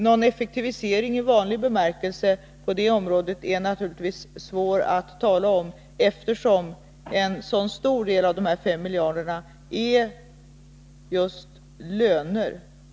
Någon effektivisering i vanlig bemärkelse på det området är det naturligtvis svårt att tala om, eftersom så stor del av dessa 5 miljarder är just löner.